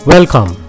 Welcome